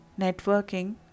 networking